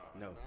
No